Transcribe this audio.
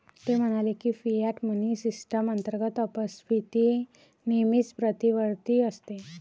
ते म्हणाले की, फियाट मनी सिस्टम अंतर्गत अपस्फीती नेहमीच प्रतिवर्ती असते